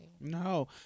No